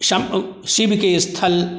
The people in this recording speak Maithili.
शिवके स्थल